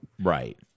Right